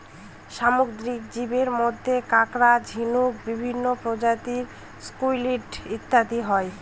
সামুদ্রিক জীবের মধ্যে কাঁকড়া, ঝিনুক, বিভিন্ন প্রজাতির স্কুইড ইত্যাদি হয়